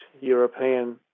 European